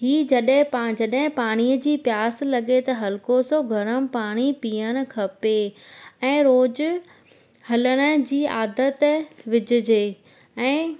हीउ जॾहिं पा जॾहिं पाणीअ जी प्यास लॻे त हलिको सो गरम पाणी पीअणु खपे ऐं रोज़ु हलण जी आदत विझिजे ऐं